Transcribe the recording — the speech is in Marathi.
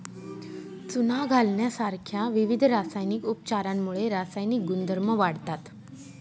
चुना घालण्यासारख्या विविध रासायनिक उपचारांमुळे रासायनिक गुणधर्म वाढतात